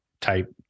type